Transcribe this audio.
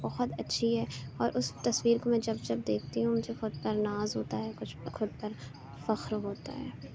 بہت اچھی ہے اور اس تصویر کو میں جب جب دیکھتی ہوں مجھے خود پر ناز ہوتا ہے کچھ خود پر فخر ہوتا ہے